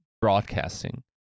broadcasting